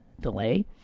delay